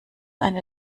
eine